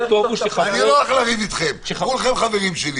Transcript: אני לא הולך לריב איתכם, כולכם חברים שלי.